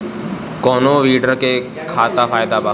कौनो वीडर के का फायदा बा?